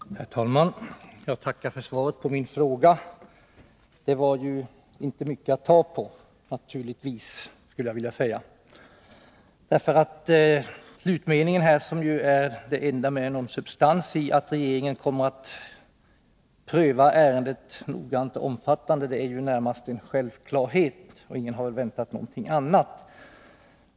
Herr talman! Jag tackar för svaret på min fråga. Där finns naturligtvis inte mycket att ta på. Den sista meningen är det enda med någon substans i, där det sägs att regeringen kommer att göra en noggrann och omfattande prövning av ärendet. Det är närmast en självklarhet — ingen har väntat någonting annat.